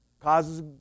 causes